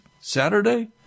Saturday